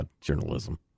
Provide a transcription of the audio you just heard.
Journalism